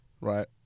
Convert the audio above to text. Right